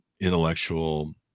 intellectual